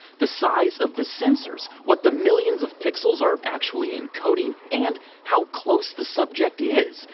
the size of the sensors, what the millions of pixels are actually encoding and how close the subject is.